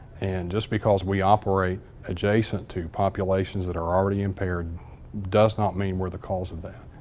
and just because we operate adjacent to populations that are already impaired does not mean we're the cause of that.